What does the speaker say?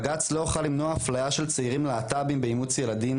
בג"צ לא יוכל למנוע אפליה של צעירים להט"בים לאימוץ ילדים,